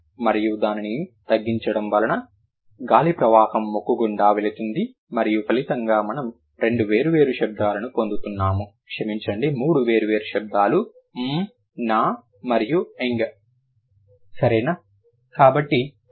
మరియు దానిని తగ్గించడం వలన గాలి ప్రవాహం ముక్కు గుండా వెళుతుంది మరియు ఫలితంగా మనము రెండు వేర్వేరు శబ్దాలను పొందుతున్నాము క్షమించండి 3 వేర్వేరు శబ్దాలు mm nn మరియు ng సరేనా